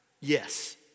Yes